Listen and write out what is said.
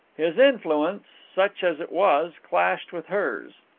his influence, such as it was, clashed with hers.